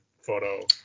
photo